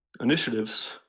initiatives